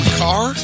car